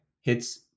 hits